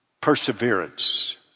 perseverance